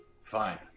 Fine